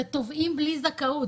זה תובעים בלי זכאות,